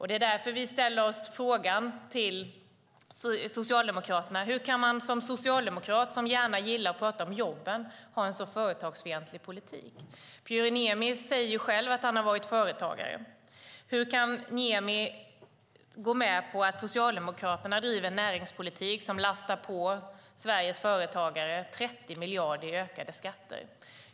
Det är därför vi frågar Socialdemokraterna hur man som socialdemokrat, som gärna gillar att prata om jobben, kan ha en så företagsfientlig politik. Pyry Niemi säger själv att han varit företagare. Hur kan Niemi gå med på att Socialdemokraterna driver en näringspolitik som lastar på Sveriges företagare 30 miljarder i ökade skatter?